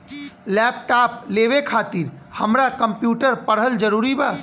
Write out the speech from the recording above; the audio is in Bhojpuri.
लैपटाप लेवे खातिर हमरा कम्प्युटर पढ़ल जरूरी बा?